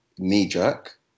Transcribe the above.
knee-jerk